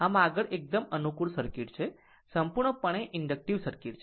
આમ આગળ એકદમ અનુકૂળ સર્કિટ છે સંપૂર્ણ રૂપે ઇન્ડકટીવ સર્કિટ છે